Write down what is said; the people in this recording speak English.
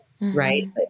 right